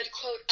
quote